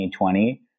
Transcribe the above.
2020